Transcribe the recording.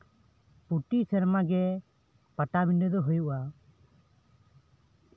ᱯᱨᱚᱛᱤ ᱥᱮᱨᱢᱟᱜᱮ ᱯᱟᱴᱟᱵᱤᱱᱰᱟᱹ ᱫᱚ ᱦᱩᱭᱩᱜᱼᱟ